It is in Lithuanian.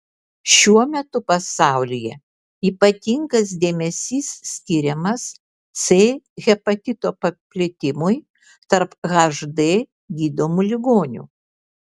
šiuo metu pasaulyje ypatingas dėmesys skiriamas c hepatito paplitimui tarp hd gydomų ligonių